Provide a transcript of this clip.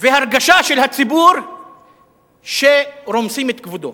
והרגשה של הציבור שרומסים את כבודו.